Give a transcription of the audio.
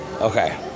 Okay